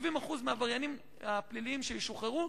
70% מהעבריינים הפליליים שישוחררו,